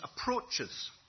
approaches